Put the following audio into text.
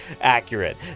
accurate